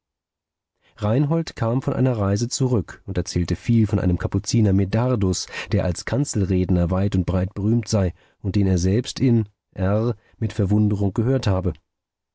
reinhold kam von einer reise zurück und erzählte viel von einem kapuziner medardus der als kanzelredner weit und breit berühmt sei und den er selbst in r mit verwunderung gehört habe